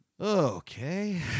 Okay